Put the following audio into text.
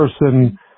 person